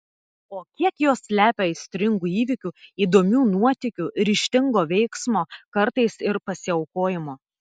o kiek jos slepia aistringų įvykių įdomių nuotykių ryžtingo veiksmo kartais ir pasiaukojimo